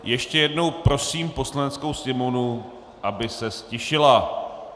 Ještě jednou prosím Poslaneckou sněmovnu, aby se ztišila.